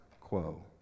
quo